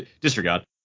disregard